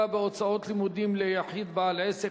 (הכרה בהוצאות לימודים ליחיד בעל עסק),